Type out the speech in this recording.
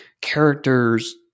characters